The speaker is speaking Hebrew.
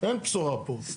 אין בשורה פה.